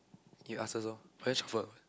you ask first lor better shuffle